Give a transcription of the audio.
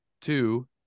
two